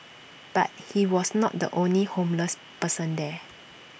but he was not the only homeless person there